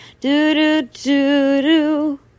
Do-do-do-do